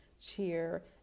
cheer